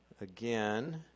again